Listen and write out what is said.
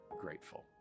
grateful